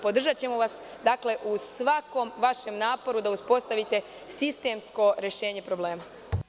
Podržaćemo vas u svakom vašem naporu da uspostavite sistemsko rešenje problema.